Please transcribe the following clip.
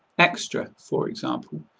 extra, for example,